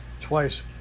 twice